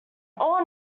all